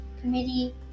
committee